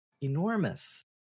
enormous